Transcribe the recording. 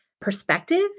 perspective